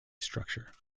structure